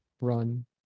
run